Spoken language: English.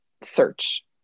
search